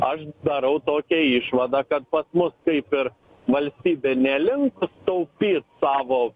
aš darau tokią išvadą kad pas mus kaip ir valstybė nelinkus taupyt savo